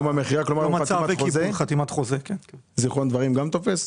גם זיכרון דברים תופס?